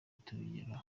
tubigeraho